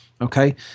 Okay